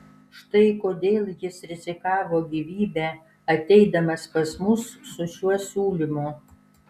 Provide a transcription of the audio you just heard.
štai kodėl jis rizikavo gyvybe ateidamas pas mus su šiuo siūlymu